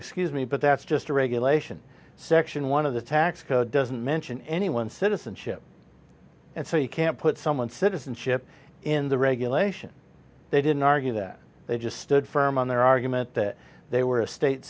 excuse me but that's just a regulation section one of the tax code doesn't mention anyone citizenship and so you can't put someone citizenship in the regulation they didn't argue that they just stood firm on their argument that they were a state